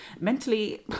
mentally